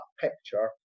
picture